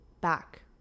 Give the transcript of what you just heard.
back